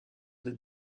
des